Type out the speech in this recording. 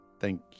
thank